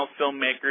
filmmakers